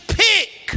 pick